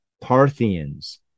Parthians